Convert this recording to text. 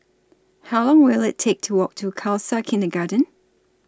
How Long Will IT Take to Walk to Khalsa Kindergarten